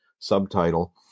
subtitle